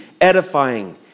edifying